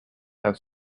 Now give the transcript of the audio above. have